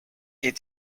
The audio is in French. est